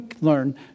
learn